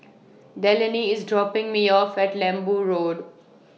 Delaney IS dropping Me off At Lembu Road